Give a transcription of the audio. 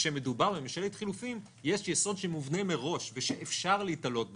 כאשר מדובר בממשלת חילופים יש יסוד שמובנה מראש ושאפשר להיתלות בו,